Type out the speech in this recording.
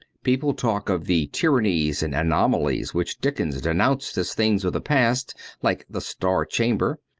people talk of the tyrannies and anomalies which dickens denounced as things of the past like the star chamber.